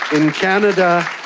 in canada,